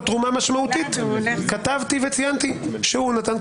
תרומה משמעותית כתבתי וציינתי שהוא נתן,